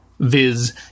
viz